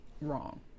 wrong